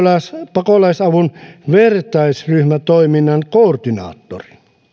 pakolaisavun vertaisryhmätoiminnan koordinaattori